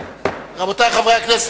רבותי חברי הכנסת,